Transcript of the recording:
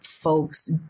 folks